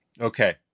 okay